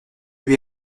lui